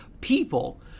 people